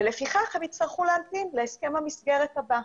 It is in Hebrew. ולפיכך הם יצטרכו להמתין להסכם המסגרת הבא.